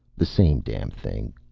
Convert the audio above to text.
the same damn thing!